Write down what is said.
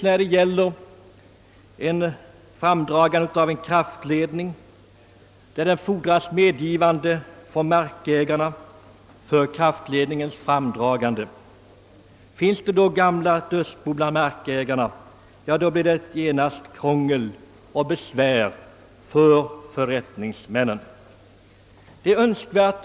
När t.ex. en kraftledning skall framdragas och medgivande härtill erfordras från markägarna, blir det genast krångel och besvär för förrättningsmännen, om det bland mark ägarna finns gamla dödsbon.